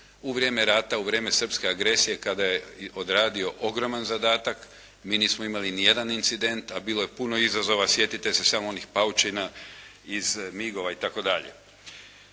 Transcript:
u vrijeme rata, u vrijeme srpske agresije kada je odradio ogroman zadatak, mi nismo imali ni jedan incident, a bilo je puno izazova. Sjetite se samo onih paučina iz MIG-ova itd.